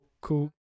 cool